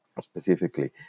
specifically